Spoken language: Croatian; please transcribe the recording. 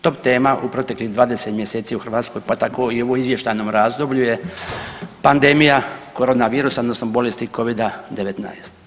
Top tema u proteklih 20 mjeseci u Hrvatskoj, pa tako i u ovom izvještajnom razdoblju je pandemija korona virusa odnosno bolesti Covida 19.